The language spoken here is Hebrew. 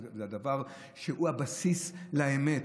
זה הדבר שהוא הבסיס לאמת,